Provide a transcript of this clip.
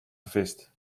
gevist